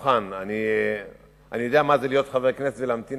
אני יודע מה זה להיות חבר כנסת ולהמתין